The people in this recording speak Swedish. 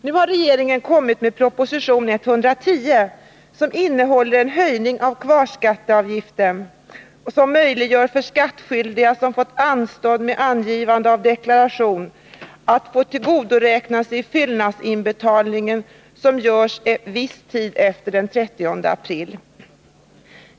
Nu har regeringen kommit med proposition 110 som innehåller förslag om en höjning av kvarskatteavgiften och möjligheter för skattskyldiga som fått anstånd med avgivande av deklaration att tillgodoräkna sig fyllnadsinbetalning som görs viss tid efter den 30 april.